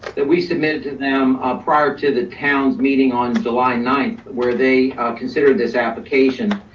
that we submitted to them ah prior to the town's meeting on july ninth, where they considered this application.